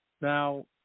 Now